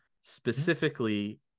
Specifically